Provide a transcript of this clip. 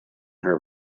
her